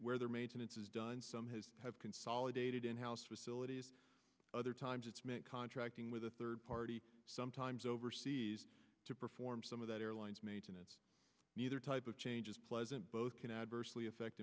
where their maintenance is done some has have consolidated in house facilities other times it's contracting with a third party sometimes overseas to perform some of that airline's maintenance neither type of change is pleasant both can adversely affect